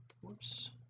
whoops